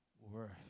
worth